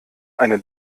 eine